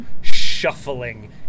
shuffling